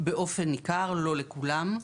באופן ניכר, לא לכולם.